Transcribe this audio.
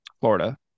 florida